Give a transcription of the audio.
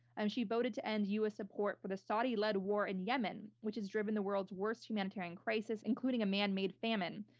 and she voted to end us support for the saudi led war in yemen, which has driven the world's worst humanitarian crisis, including a man made famine.